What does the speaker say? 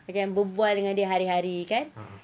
macam berbual dengan dia hari-hari kan